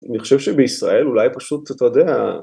אני חושב שבישראל אולי פשוט, אתה יודע...